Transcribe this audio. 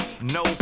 no